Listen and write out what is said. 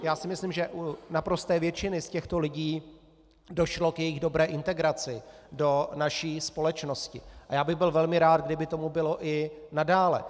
Já si myslím, že u naprosté většiny z těchto lidí došlo k jejich dobré integraci do naší společnosti, a bych byl velmi rád, kdyby tomu bylo i nadále.